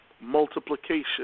Multiplication